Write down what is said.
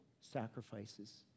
sacrifices